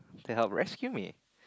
to help rescue me